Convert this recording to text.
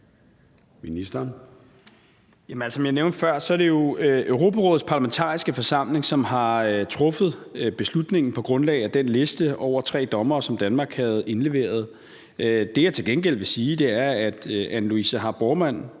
Som jeg nævnte før, er det jo Europarådets Parlamentariske Forsamling, som har truffet beslutningen på grundlag af den liste over tre dommere, som Danmark havde indleveret. Det, jeg til gengæld vil sige, er, at Anne Louise Haahr Bormann